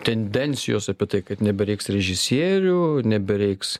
tendencijos apie tai kad nebereiks režisierių nebereiks